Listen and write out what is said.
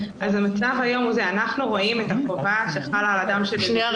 אנחנו מעדכנים את זה באתר שלנו,